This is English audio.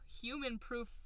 human-proof